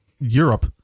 Europe